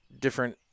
different